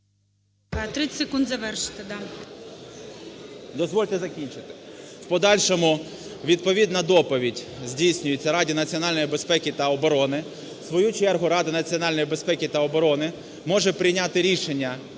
30 секунд завершити. ВІННИК І.Ю. Дозвольте закінчити. В подальшому відповідна доповідь здійснюється Раді національної безпеки та оборони. В свою чергу Рада національної безпеки та оборони може прийняти рішення